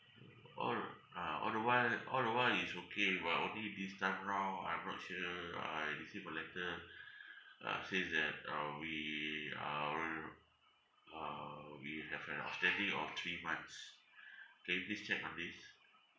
all ah all the while all the while is okay but only this time round I'm not sure I received a letter uh says that uh we uh we're uh we have an outstanding of three months can you please check on this